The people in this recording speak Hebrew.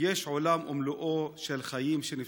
יש עולם ומלואו של חיים שנפסקו.